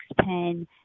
pen